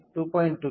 2K 10K 4